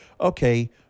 okay